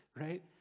right